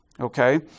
okay